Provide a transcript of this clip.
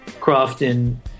Crofton